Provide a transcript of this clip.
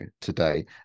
today